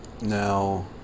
Now